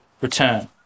return